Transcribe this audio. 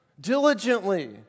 Diligently